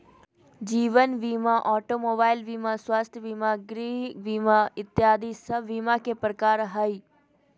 जीवन बीमा, automobile बीमा, स्वास्थ्य बीमा, गृह बीमा इत्यादि सब बीमा के प्रकार हय